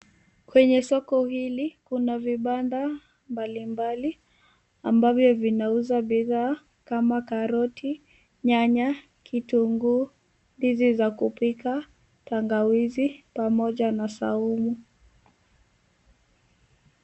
Kwenye soko hili, kuna vibanda mbalimbali ambavyo vinauza bidhaa kama karoti, nyanya, kitunguu, ndizi za kupika, tangawizi pamoja na saumu.